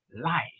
life